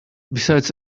besides